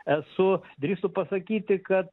esu drįstu pasakyti kad